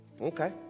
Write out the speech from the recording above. Okay